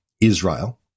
Israel